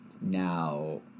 now